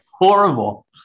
horrible